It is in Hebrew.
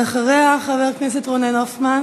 אחריה, חבר הכנסת רונן הופמן